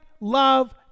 love